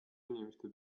inimeste